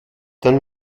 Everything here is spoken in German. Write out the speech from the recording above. dann